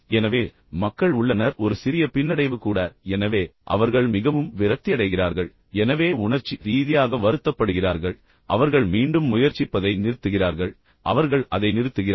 எனவே மக்கள் உள்ளனர் ஒரு சிறிய பின்னடைவு கூட எனவே அவர்கள் மிகவும் விரக்தியடைகிறார்கள் எனவே உணர்ச்சி ரீதியாக வருத்தப்படுகிறார்கள் அவர்கள் மீண்டும் முயற்சிப்பதை நிறுத்துகிறார்கள் அவர்கள் அதை நிறுத்துகிறார்கள்